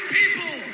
people